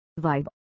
vibe